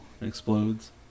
Explodes